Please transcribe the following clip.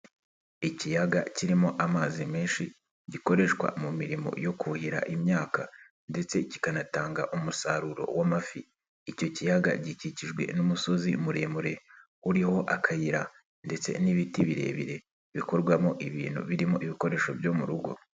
Ikiyaga kirimo amazi menshi, gikoreshwa mu mirimo yo kuhira imyaka, ndetse kikanatanga umusaruro w'amafi. Icyo kiyaga gikikijwe n'umusozi muremure uriho akayira, ndetse n'ibiti birebire bikorwamo ibintu birimo ibikoresho byo mu rugo.